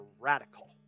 radical